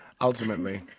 Ultimately